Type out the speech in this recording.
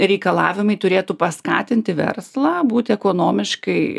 reikalavimai turėtų paskatinti verslą būti ekonomiškai